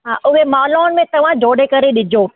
हा उहे मालाउनि में तव्हां जोड़े करे ॾिजो